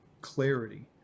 clarity